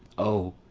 o,